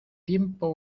tiempo